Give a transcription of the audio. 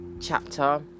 chapter